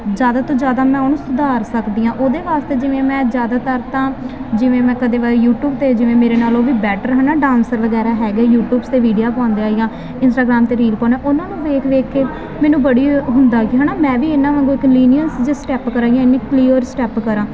ਜ਼ਿਆਦਾ ਤੋਂ ਜ਼ਿਆਦਾ ਮੈਂ ਉਹਨੂੰ ਸੁਧਾਰ ਸਕਦੀ ਹਾਂ ਉਹਦੇ ਵਾਸਤੇ ਜਿਵੇਂ ਮੈਂ ਜ਼ਿਆਦਾਤਰ ਤਾਂ ਜਿਵੇਂ ਮੈਂ ਕਦੇ ਬਾਈ ਯੂਟਿਊਬ 'ਤੇ ਜਿਵੇਂ ਮੇਰੇ ਨਾਲ ਉਹ ਵੀ ਬੈਟਰ ਹੈ ਨਾ ਡਾਂਸਰ ਵਗੈਰਾ ਹੈਗਾ ਯੂਟੀਊਬ 'ਤੇ ਵੀਡੀਓ ਪਾਉਂਦੇ ਆ ਜਾਂ ਇਸਟਾਗ੍ਰਾਮ 'ਤੇ ਰੀਲ ਪਾਉਂਦੇ ਹਾਂ ਉਹਨਾਂ ਨੂੰ ਵੇਖ ਵੇਖ ਕੇ ਮੈਨੂੰ ਬੜੀ ਹੁੰਦਾ ਕਿ ਹੈ ਨਾ ਮੈਂ ਵੀ ਇਹਨਾਂ ਵਾਂਗੂੰ ਇੱਕ ਲੀਨੀਅਸ ਜਿਹੇ ਸਟੈਪ ਕਰਾਂ ਜਾਂ ਇੰਨੇ ਕਲੀਅਰ ਸਟੈਪ ਕਰਾਂ